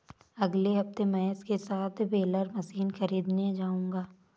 अगले हफ्ते महेश के साथ बेलर मशीन खरीदने जाऊंगा